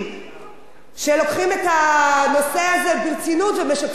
שלוקחים את הנושא הזה ברצינות ומשקפים את זה לציבור.